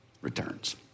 returns